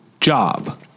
job